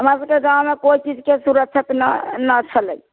हमरासबके गाँवमे कोइ चीजके सुरक्षित न छलै